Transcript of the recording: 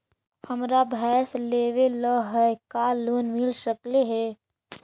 हमरा भैस लेबे ल है का लोन मिल सकले हे?